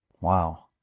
Wow